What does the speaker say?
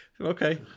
okay